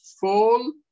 fall